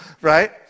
Right